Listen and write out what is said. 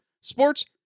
Sports